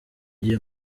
gihe